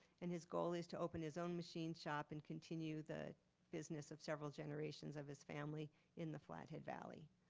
and his goal is to open his own machine shop and continue the business of several generations of his family in the flathead valley.